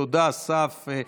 תודה, אסף.